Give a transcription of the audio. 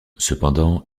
cependant